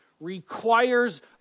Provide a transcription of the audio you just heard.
requires